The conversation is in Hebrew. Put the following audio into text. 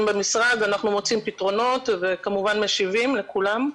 במשרד אנחנו מוצאים פתרונות וכמובן משיבים לכולם.